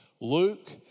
Luke